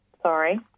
Sorry